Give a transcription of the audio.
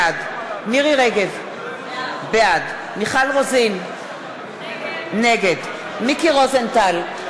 בעד מירי רגב, בעד מיכל רוזין, נגד מיקי רוזנטל,